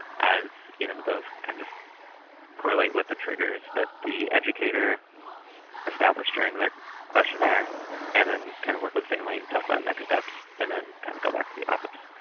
as you know those kind of correlate with the triggers that the educator established during their questionnaire and then kind of work with family and talk about next steps and then kind of go back to the office.